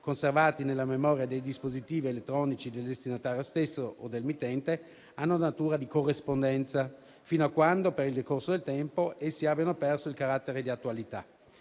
conservati nella memoria dei dispositivi elettronici del destinatario stesso o del mittente, hanno natura di corrispondenza fino a quando, per il decorso del tempo, essi abbiano perso il carattere di attualità.